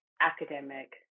academic